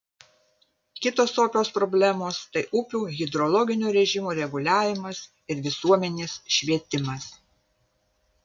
kitos opios problemos tai upių hidrologinio režimo reguliavimas ir visuomenės švietimas